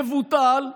יבוטל.